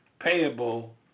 payable